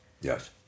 Yes